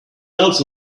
else